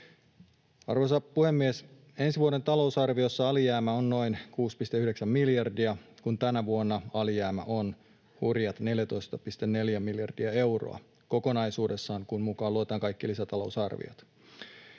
Arvoisa puhemies! Ensi vuoden talousarviossa alijäämä on noin 6,9 miljardia, kun tänä vuonna alijäämä on hurjat 14,4 miljardia euroa — kokonaisuudessaan, kun mukaan luetaan kaikki lisätalousarviot.